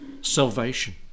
salvation